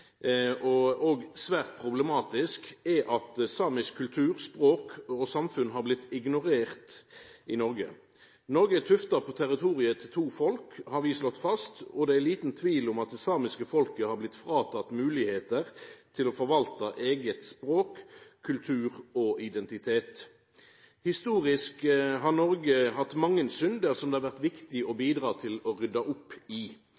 rett og svært problematisk, er at samisk kultur, språk og samfunn har blitt ignorerte i Noreg. Noreg er tufta på territoriet til to folk, har vi slått fast. Det er liten tvil om at det samiske folket har blitt fråteke moglegheiter til å forvalta eige språk, eigen kultur og identitet. Historisk har Noreg hatt mange synder som det har vore viktig å bidra til å rydda opp i.